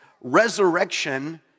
resurrection